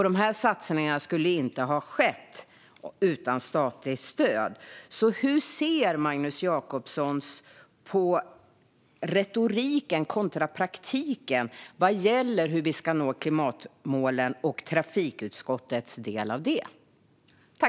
Dessa satsningar skulle inte ha skett utan statligt stöd. Hur ser Magnus Jacobsson på retoriken kontra praktiken vad gäller hur vi ska nå klimatmålen och trafikutskottets del i detta?